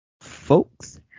folks